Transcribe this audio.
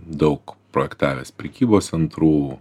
daug projektavęs prekybos centrų